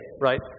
Right